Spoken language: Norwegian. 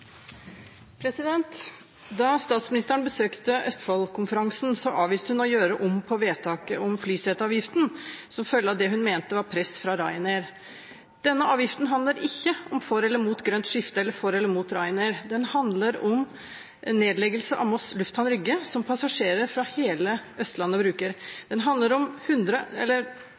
Da statsministeren besøkte Østfoldkonferansen, avviste hun å gjøre om på vedtaket om flyseteavgiften, som følge av det hun mente var press fra Ryanair. Denne avgiften handler ikke om for eller imot grønt skifte eller for eller imot Ryanair. Den handler om nedleggelse av Moss lufthavn Rygge, som passasjerer fra hele Østlandet bruker. Den handler om